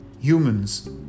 humans